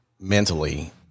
mentally